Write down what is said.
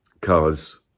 cars